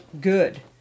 good